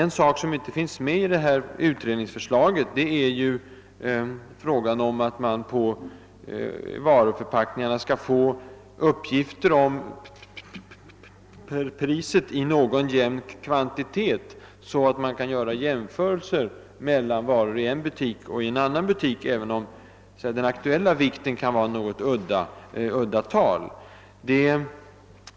En sak som inte finns med i utredningsförslaget är att man på varuförpackningarna bör få uppgifter om priset i någon jämn kvantitet, så att man kan göra jämförelser mellan varor i en butik och varor i en annan butik, även om den aktuella vikten kan vara något udda tal.